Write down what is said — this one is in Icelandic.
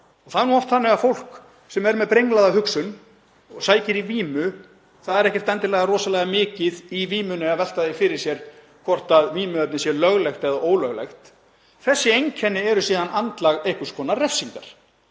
er nú oft þannig að fólk sem er með brenglaða hugsun og sækir í vímu er ekkert endilega rosalega mikið í vímunni að velta því fyrir sér hvort vímuefni sé löglegt eða ólöglegt — er síðan andlag einhvers konar refsingar.